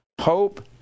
hope